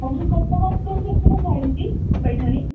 मी करू शकते का साडीची पैठणी